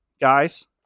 guys